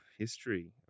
history